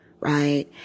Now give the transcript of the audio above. Right